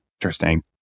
Interesting